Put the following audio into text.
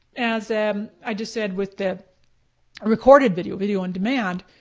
as i just said with the recorded video, video on demand.